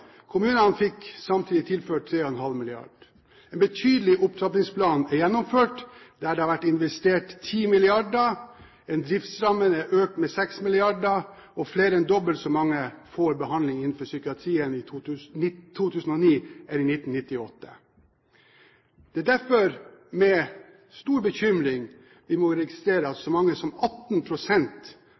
kommunene. Kommunene fikk samtidig tilført 3,5 mrd. kr. En betydelig opptrappingsplan er gjennomført, der det har vært investert 10 mrd. kr, driftsrammene er økt med 6 mrd. kr, og flere enn dobbelt så mange fikk behandling innenfor psykiatrien i 2009 enn i 1998. Det er derfor med stor bekymring vi må registrere at så mange som